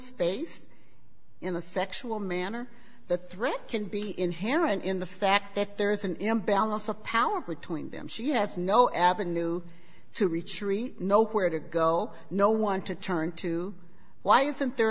space in a sexual manner that threat can be inherent in the fact that there is an imbalance of power between them she has no avenue to retreat no where to go no one to turn to why isn't there a